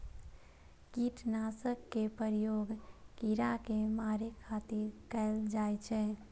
कीटनाशक के प्रयोग कीड़ा कें मारै खातिर कैल जाइ छै